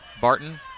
Barton